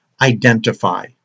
identify